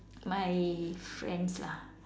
my friends lah